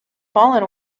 fallen